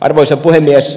arvoisa puhemies